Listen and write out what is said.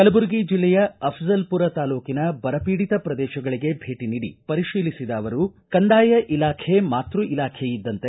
ಕಲಬುರಗಿ ಜಿಲ್ಲೆಯ ಅಫ್ಜಲ್ಪುರ ತಾಲೂಕಿನ ಬರ ಪೀಡಿತ ಪ್ರದೇಶಗಳಿಗೆ ಭೇಟ ನೀಡಿ ಪರಿಶೀಲಿಸಿದ ಅವರು ಕಂದಾಯ ಇಲಾಖೆ ಮಾತೃ ಇಲಾಖೆಯಿದ್ದಂತೆ